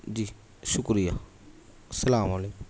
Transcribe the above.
جی شکریہ السلام علیکم